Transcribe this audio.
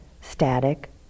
static